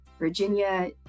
Virginia